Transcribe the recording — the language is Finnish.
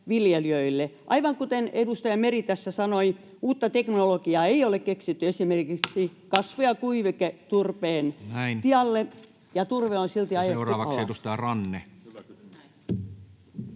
Aivan kuten edustaja Meri tässä sanoi, uutta teknologiaa ei ole keksitty esimerkiksi kasvu- ja kuiviketurpeen tilalle,